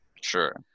Sure